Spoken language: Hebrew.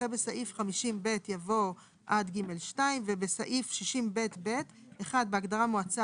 אחרי "בסעיף 50א(ב) יבוא "עד (ג2);" בסעיף 60ב(ב) בהגדרה "מועצה",